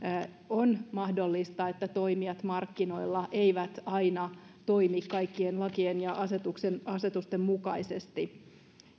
on mahdollista että toimijat markkinoilla eivät aina toimi kaikkien lakien ja asetusten asetusten mukaisesti